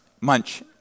munch